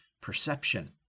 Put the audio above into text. perception